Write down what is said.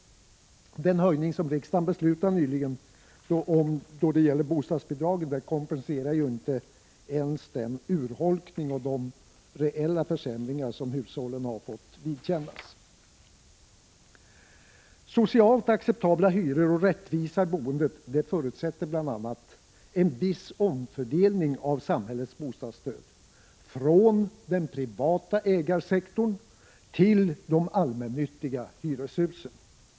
Den höjning av bostadsbidragen som riksdagen beslutade nyligen kompenserar ju inte ens den urholkning och de reella försämringar som hushållen har fått vidkännas. Socialt acceptabla hyror och rättvisa i boendet förutsätter bl.a. en viss omfördelning av samhällets bostadsstöd, från den privata ägarsektorn till de allmännyttiga hyreshusen.